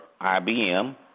IBM